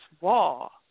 wall